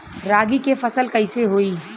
रागी के फसल कईसे होई?